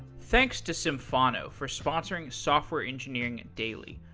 thanks to symphono for sponsoring software engineering daily.